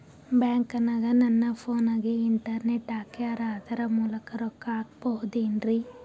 ಬ್ಯಾಂಕನಗ ನನ್ನ ಫೋನಗೆ ಇಂಟರ್ನೆಟ್ ಹಾಕ್ಯಾರ ಅದರ ಮೂಲಕ ರೊಕ್ಕ ಹಾಕಬಹುದೇನ್ರಿ?